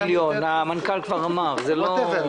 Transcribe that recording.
מיליון- - המנכ"ל כבר אמר שזה לא 40 מיליון.